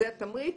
זה התמריץ.